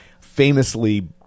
famously